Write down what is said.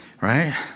Right